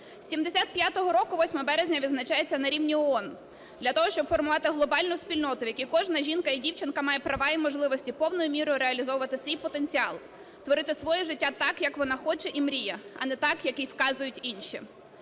75-го року 8 березня відзначається на рівні ООН для того, щоб формувати глобальну спільноту, в якій кожна жінка і дівчинка має права і можливості повною мірою реалізовувати свій потенціал, творити своє життя так, як вона хоче і мріє, а не так, як їй вказують інші.